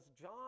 John